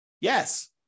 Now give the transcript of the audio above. Yes